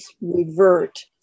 revert